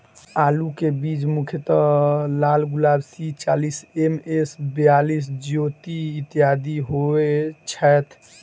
आलु केँ बीज मुख्यतः लालगुलाब, सी चालीस, एम.एस बयालिस, ज्योति, इत्यादि होए छैथ?